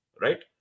right